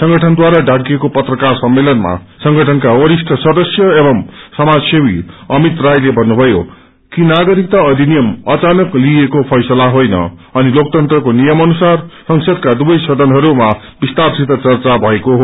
संगठनद्वारा डाकिएको पत्रकार सम्मेलमा संगठनका वरिष्ठ सदस्यएवं समाज सेवी अमित रायले भन्नुभयो कि नागरिकता अधिनियम अचानक लिईएको फैसला होइन अनि लोकतन्त्रको नियम अनुसार संसदका दुवै सदहरूमा विस्तारसित चर्चा भएको हो